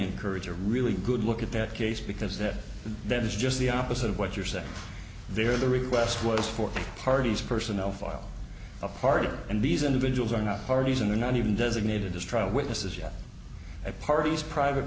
encourage a really good look at that case because that then is just the opposite of what you're saying there the request was for the parties personnel file a partner and these individuals are not parties and they're not even designated as trial witnesses yet at parties private